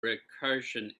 recursion